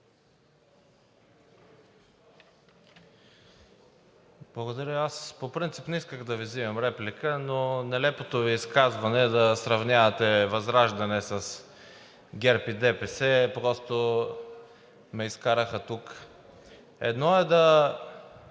Благодаря. По принцип не исках да Ви взимам реплика, но нелепото Ви изказване да сравнявате ВЪЗРАЖДАНЕ с ГЕРБ и ДПС просто ме изкара тук. Едно е да